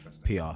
PR